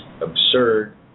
absurd